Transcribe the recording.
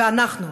אנחנו,